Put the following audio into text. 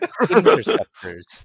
interceptors